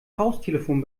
haustelefon